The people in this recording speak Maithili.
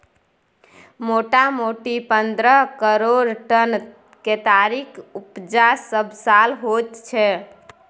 मोटामोटी पन्द्रह करोड़ टन केतारीक उपजा सबसाल होइत छै